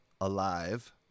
alive